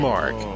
Mark